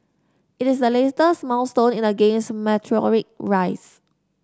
it is the latest milestone in the game's meteoric rise